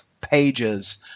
pages